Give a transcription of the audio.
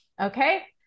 Okay